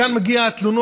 מכאן מגיעות התלונות,